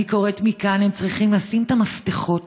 אני קוראת מכאן: הם צריכים לשים את המפתחות